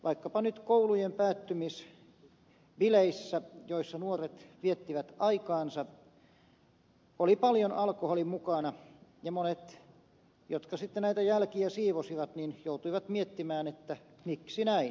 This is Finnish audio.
vaikkapa nyt koulujenpäättymisbileissä joissa nuoret viettivät aikaansa oli paljon alkoholi mukana ja monet jotka sitten näitä jälkiä siivosivat joutuivat miettimään miksi näin